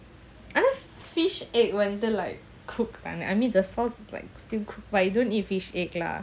I know fish egg like cook வந்து:vandhu I mean the sauce is like still but you don't eat fish egg lah